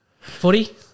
Footy